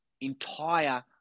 entire